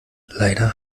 leider